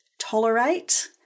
tolerate